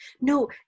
No